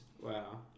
Wow